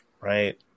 Right